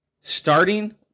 Starting